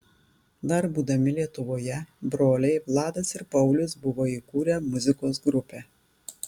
dar būdami lietuvoje broliai vladas ir paulius buvo įkūrę muzikos grupę